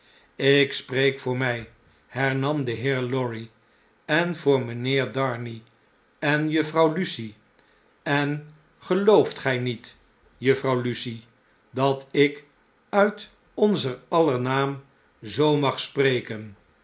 ik spreek voor mij hernam de heer lorry en voor mijnheer darnay en juffrouw lucie en gelooft gjj niet juffrouw lucie dat ik uit onzer aller naam zoomagspfeken hy